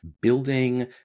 building